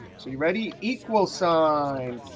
so you ready? equals sign,